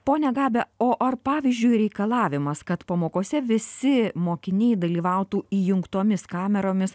pone gabę o ar pavyzdžiui reikalavimas kad pamokose visi mokiniai dalyvautų įjungtomis kameromis